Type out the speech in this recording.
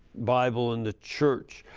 bible and the church.